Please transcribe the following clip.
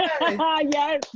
Yes